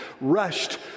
rushed